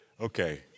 Okay